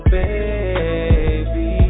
baby